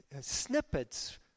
snippets